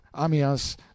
Amias